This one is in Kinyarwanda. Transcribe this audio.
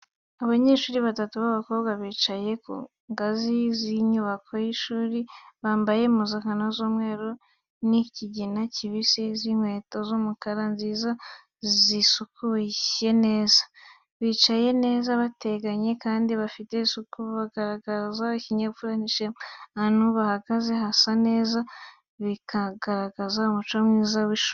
Abanyeshuri batatu b’abakobwa bicaye ku ngazi z’inyubako y’ishuri, bambaye impuzankano y’umweru n’ikigina kibisi, n’inkweto z’umukara nziza zisukuye neza. Bicaye neza batekanye kandi bafite isuku, bigaragaza ikinyabupfura n’ishema. Ahantu bahagaze hasa neza, bikagaragaza umuco mwiza w’ishuri.